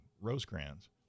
Rosecrans